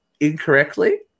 incorrectly